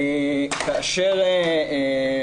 חמישה שבועות ואילך.